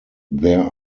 there